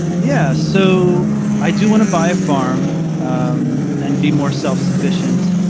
yeah, so i do want to buy a farm and be more self sufficient.